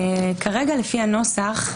כרגע לפי הנוסח,